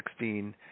2016